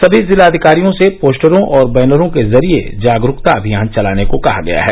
सभी जिलाधिकारियों से पोस्टरों और बैनरों के जरिये जागरूकता अभियान चलाने को कहा गया है